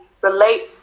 relate